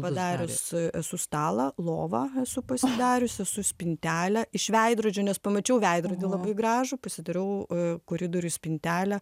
padarius esu stalą lovą esu pasidariusi esu spintelę iš veidrodžio nes pamačiau veidrodį labai gražų pasidariau koridoriuj spintelę